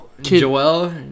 Joel